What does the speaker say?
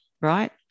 right